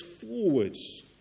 forwards